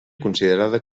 considerada